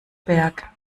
berg